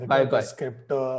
Bye-bye